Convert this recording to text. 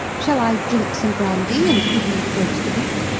shall i drink some brandy, and give you the ghost of it?